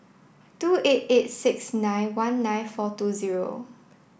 two eight eight six nine one nine four two zero